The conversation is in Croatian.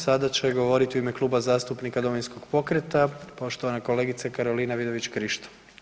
Sada će govoriti u ime Kluba zastupnika Domovinskog pokreta, poštovana kolegica Karolina Vidović Krišto.